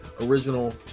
original